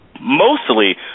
mostly